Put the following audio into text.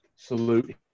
Salute